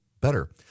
better